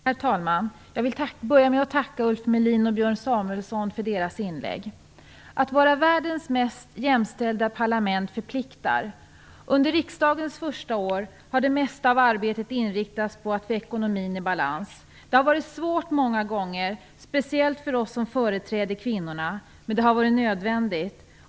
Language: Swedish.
Herr talman! Jag vill börja med att tacka Ulf Melin och Björn Samuelson för deras inlägg. Att vara världens mest jämställda parlament förpliktar. Under mitt första riksdagsår har det mesta av arbetet inriktats på att få ekonomin i balans. Det har varit svårt många gånger, speciellt för oss som företräder kvinnorna, men det har varit nödvändigt.